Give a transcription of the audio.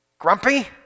grumpy